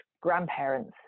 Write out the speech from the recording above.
grandparents